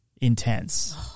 intense